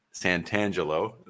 Santangelo